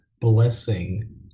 blessing